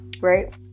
right